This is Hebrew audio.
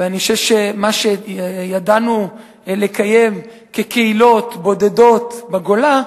ואני חושב שמה שידענו לקיים כקהילות בודדות בגולה,